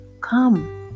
come